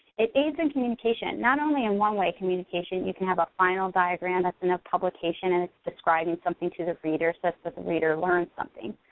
it aids in communication, not only in one way communication, you can have a final diagram that's in a publication and it's describing something to the reader, so that the reader learns something,